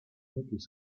möglich